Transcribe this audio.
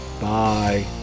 Bye